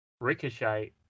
Ricochet